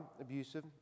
abusive